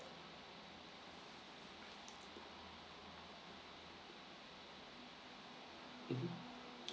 mmhmm